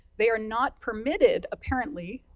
they are not permitted, apparently,